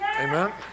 Amen